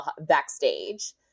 backstage